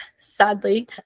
sadly